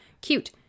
cute